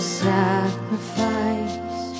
sacrifice